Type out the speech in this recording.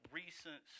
recent